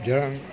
જળ